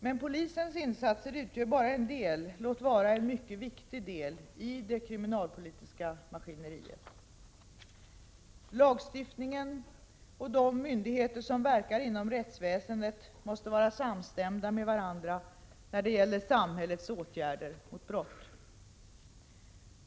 Men polisens insatser utgör bara en del, låt vara en mycket viktig del, i det kriminalpolitiska maskineriet. Lagstiftningen och de myndigheter som verkar inom rättsväsendet måste vara samstämda med varandra när det gäller samhällets åtgärder mot brott.